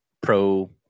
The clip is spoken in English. Pro